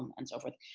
um and so forth.